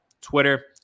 Twitter